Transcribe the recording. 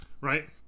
right